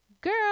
girl